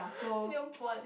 nail polish